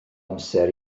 amser